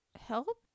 help